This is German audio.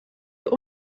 für